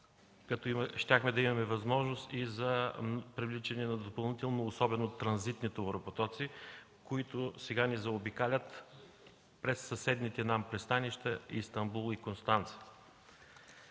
щяхме да имаме възможност за привличане на допълнително, особено транзитни, товаропотоци, които сега ни заобикалят през съседните нам пристанища Истанбул и Констанца.